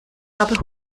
habe